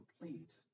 complete